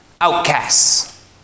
outcasts